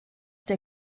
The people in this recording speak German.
der